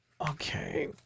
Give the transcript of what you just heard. Okay